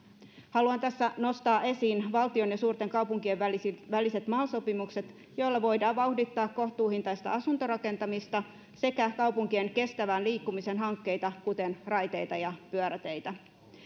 haluan tässä nostaa esiin valtion ja suurten kaupunkien välisen väliset mal sopimukset joilla voidaan vauhdittaa kohtuuhintaista asuntorakentamista sekä kaupunkien kestävän liikkumisen hankkeita kuten raiteita ja pyöräteitä